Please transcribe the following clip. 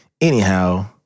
Anyhow